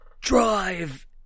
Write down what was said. Drive